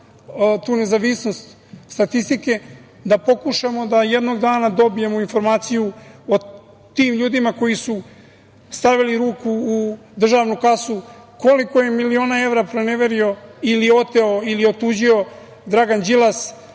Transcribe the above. tu nezavisnost statistike da pokušamo da jednog dana dobijemo informaciju o tim ljudima koji su stavili ruku u državnu kasu, koliko je miliona evra proneverio i oteo ili otuđio Dragan Đilas.